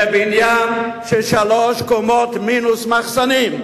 בניין שלוש קומות מינוס מחסנים,